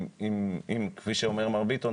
אם כפי שאומר מר ביטון,